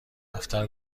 دفتر